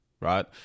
Right